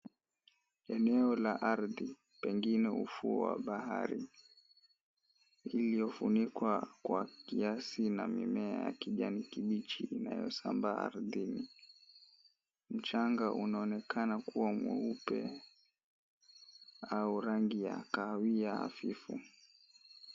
Eneo la ardhi, pengine ufuo wa bahari, iliyofunikwa kwa kiasi na mimea ya kijani kibichi inayosambaa ardhini. Mchanga unaonekana kuwa mweupe au rangi ya kahawia hafifu.